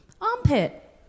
Armpit